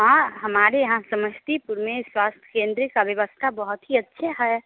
हाँ हमारे यहाँ समस्तीपुर में स्वास्थ्य केन्द्र की व्यवस्था बहुत ही अच्छी है